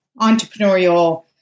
entrepreneurial